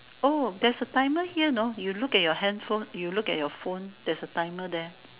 oh that's a timer here you know you look at your hand phone you look at your phone there's is a timer there